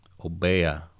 Obeya